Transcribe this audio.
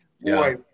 boy